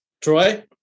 Troy